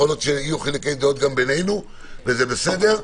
יכול להיות שיהיו חילוקי דעות גם בינינו וזה בסדר,